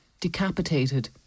decapitated